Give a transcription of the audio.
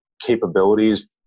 capabilities